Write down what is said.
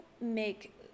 make